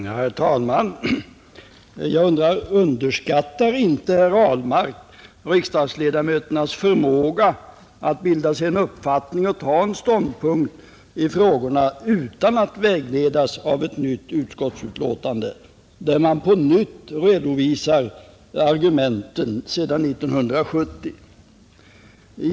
Herr talman! Underskattar inte herr Ahlmark riksdagsledamöternas förmåga att bilda sig en uppfattning och ta ståndpunkt i dessa frågor utan att vägledas av ett nytt utskottsutlåtande, där man på nytt redovisar argumenten från 1970?